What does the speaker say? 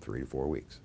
three or four weeks